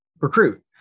recruit